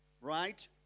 right